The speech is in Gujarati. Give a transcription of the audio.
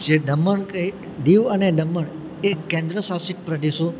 જે દમણ કે દીવ અને દમણ એ કેન્દ્રશાસિત પ્રદેશો